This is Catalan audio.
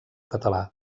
català